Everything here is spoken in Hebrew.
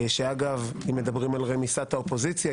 שאגב אם מדברים על רמיסת האופוזיציה,